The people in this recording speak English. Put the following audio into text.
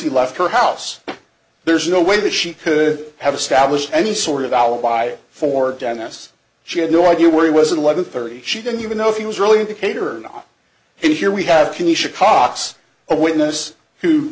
he left her house there's no way that she could have established any sort of alibi for dan as she had no idea where he was in eleven thirty she didn't even know if he was really cater and here we have can you should cox a witness who